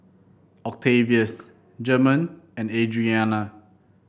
Octavius German and Adrianna